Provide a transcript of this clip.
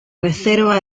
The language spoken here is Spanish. reserva